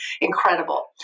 Incredible